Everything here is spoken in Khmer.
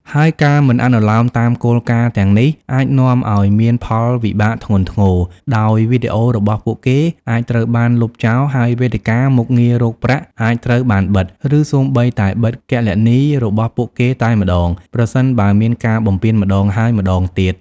ហើយការមិនអនុលោមតាមគោលការណ៍ទាំងនេះអាចនាំឲ្យមានផលវិបាកធ្ងន់ធ្ងរ ដោយវីដេអូរបស់ពួកគេអាចត្រូវបានលុបចោល ហើយវេទិកា មុខងាររកប្រាក់អាចត្រូវបានបិទ ឬសូម្បីតែបិទគណនីរបស់ពួកគេតែម្តង ប្រសិនបើមានការបំពានម្តងហើយម្តងទៀត។